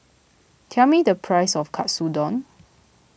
tell me the price of Katsudon